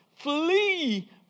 Flee